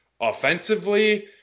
offensively